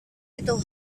itu